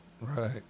Right